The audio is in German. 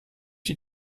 die